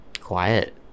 quiet